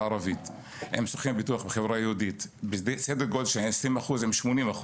הערבית עם סוכן ביטוח מהחברה יהודית בסדר גודל של 20% עם 80%,